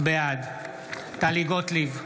בעד טלי גוטליב,